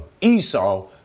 Esau